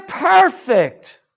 Perfect